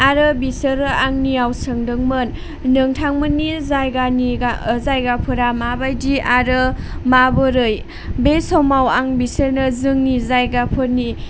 आरो बिसोरो आंनियाव सोदोंमोन नोंथांमोननि जायगानि जायगाफोरा माबायदि आरो माबोरै बे समाव आं बिसोरनो जोंनि जायगाफोरनि